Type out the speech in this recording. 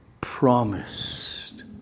promised